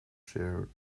shared